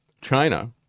China